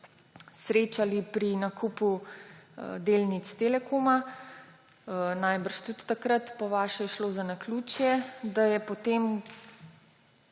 srečali pri nakupu delnic Telekoma. Najbrž je tudi takrat, po vašem, šlo za naključje, da so se